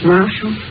Marshall